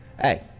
Hey